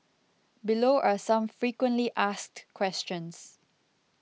below are some frequently asked questions